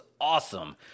awesome